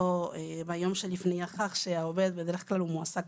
או ביום שלפני החג, כאשר העובד בדרך כלל מועסק